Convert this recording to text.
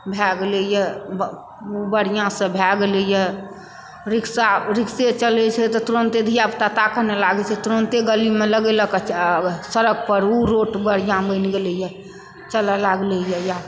भय गेलै यऽ बढ़िऑंसँ भय गेलै यऽ रिक्सा रिक्से चलै छै तऽ तुरन्ते धिया पुता ताकऽ ने लागै छै तुरन्ते गली मे लगेलक सड़क पर ओ रोड बढ़िऑं बनि गेलै यऽ चलऽ लागलै यऽ